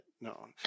No